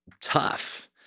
tough